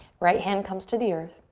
right hand comes to the earth.